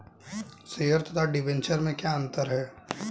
Share तथा debenture में क्या अंतर है?